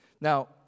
Now